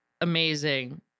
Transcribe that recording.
amazing